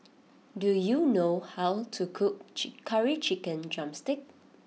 do you know how to cook Curry Chicken Drumstick